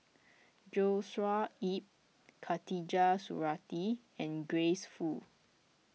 Joshua Ip Khatijah Surattee and Grace Fu